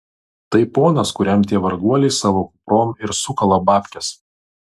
tai ponas kuriam tie varguoliai savo kuprom ir sukala babkes